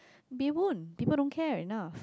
they won't people don't care enough